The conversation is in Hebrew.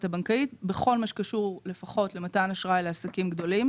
הבנקאית בכל מה שקשור לפחות למתן אשראי לעסקים גדולים.